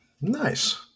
nice